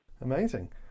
Amazing